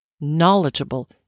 knowledgeable